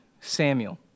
Samuel